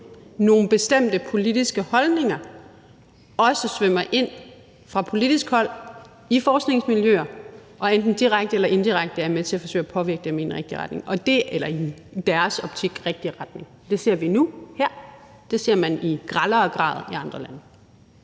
nogle bestemte politiske holdninger også svømmer ind fra politisk hold i forskningsmiljøer og enten direkte eller indirekte er med til at forsøge at påvirke dem i en i deres optik rigtig retning. Det ser vi nu her, det ser man i grellere grad i andre lande.